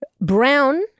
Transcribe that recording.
Brown